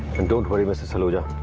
and don't worry, mrs. saluja.